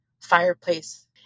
fireplace